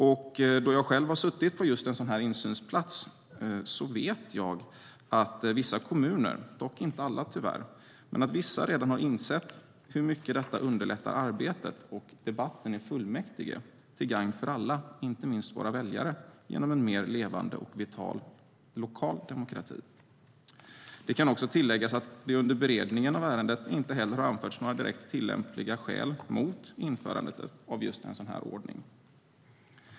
Jag har själv suttit på just en sådan här insynsplats och vet därför att vissa kommuner, dock inte alla, redan har insett hur mycket detta underlättar arbetet och debatten i fullmäktige till gagn för alla, inte minst våra väljare, genom en mer levande och vital lokal demokrati. Det kan också tilläggas att det under beredningen av ärendet inte heller har anförts några direkt tillämpliga skäl mot införandet av just en sådan här ordning.